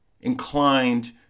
inclined